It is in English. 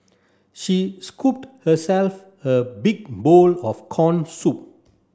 she scooped herself a big bowl of corn soup